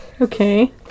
Okay